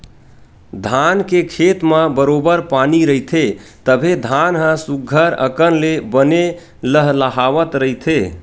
धान के खेत म बरोबर पानी रहिथे तभे धान ह सुग्घर अकन ले बने लहलाहवत रहिथे